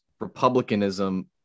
republicanism